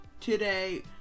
today